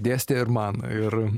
dėstė ir man ir